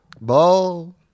Ball